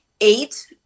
eight